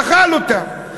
אכל אותה.